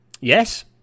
Yes